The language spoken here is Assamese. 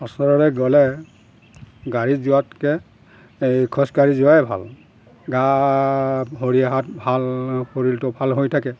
ওচৰলৈ গ'লে গাড়ীত যোৱাতকৈ এই খোজকাঢ়ি যোৱাই ভাল গা ভৰি হাত ভাল শৰীৰটো ভাল হৈ থাকে